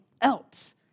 else